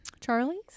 Charlie's